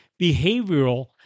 behavioral